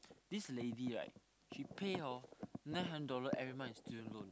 this lady right she pay hor nine hundred dollar every month in student loan